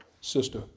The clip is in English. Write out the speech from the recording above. sister